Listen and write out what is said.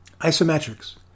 Isometrics